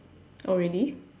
oh really